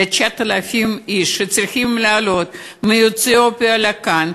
9,000 איש שצריכים לעלות מאתיופיה לכאן,